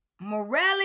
Morelli